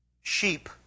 Sheep